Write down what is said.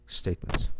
statements